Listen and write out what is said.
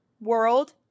world